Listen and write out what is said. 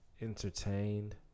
entertained